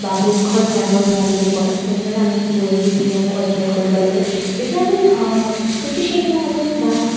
বা মূৰ্খৰ জ্ঞানৰ ভঁৰাল বুলি কয় তেনেদৰে আমি বুৰঞ্জী পুথিসমূহ অধ্যয়ন কৰিব লাগে যেতিয়া আমি কীৰ্তিচিহ্নসমূহ বা